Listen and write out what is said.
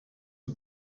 for